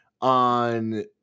on